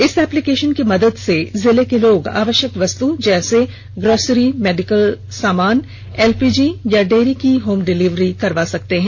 इस एप्लीकेशन की मदद से जिला के लोग आवश्यक वस्तु जैसे ग्रॉसरी मेडिकल एलपीजी तथा डेयरी की होम डिलीवरी करवा सकते हैं